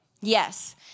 Yes